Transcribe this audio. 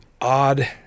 odd